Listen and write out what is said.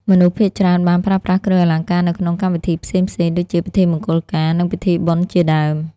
មនុស្សភាគច្រើនបានប្រើប្រាស់គ្រឿងអលង្ការនៅក្នុងកម្មវិធីផ្សេងៗដូចជា ពិធីមង្គលការ និងពិធីបុណ្យជាដើម។